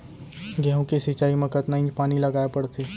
गेहूँ के सिंचाई मा कतना इंच पानी लगाए पड़थे?